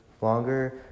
longer